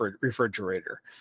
refrigerator